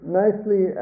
nicely